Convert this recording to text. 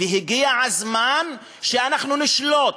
והגיע הזמן שאנחנו נשלוט,